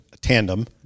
Tandem